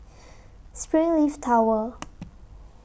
Springleaf Tower